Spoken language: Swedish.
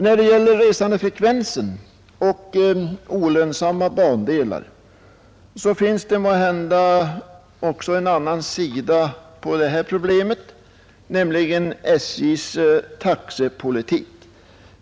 När det gäller resandefrekvensen och olönsamma bandelar finns det måhända också en annan sida av problemet, nämligen SJ:s taxepolitik.